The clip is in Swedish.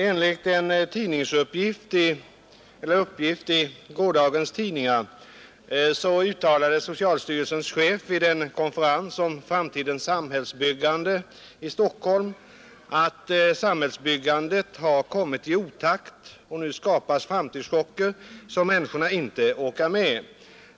Enligt uppgifter i gårdagens tidningar uttalade socialstyrelsens chef vid en konferens i Stockholm om framtidens sam hällsbyggande, att samhällsbyggandet har kommit i otakt och nu skapas framtidschocker som människorna inte orkar med.